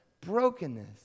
brokenness